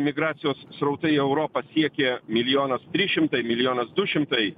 migracijos srautai į europą siekė milijonas trys šimtai milijonas du šimtai